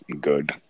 Good